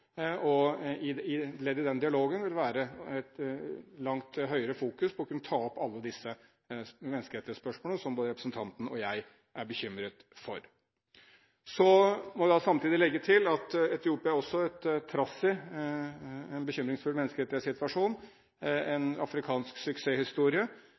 i den dialogen vil være å legge langt større vekt på å kunne ta opp alle disse menneskerettighetsspørsmålene, som både representanten og jeg er bekymret for. Så må jeg samtidig få legge til at Etiopia også – trass i en bekymringsfull menneskerettighetssituasjon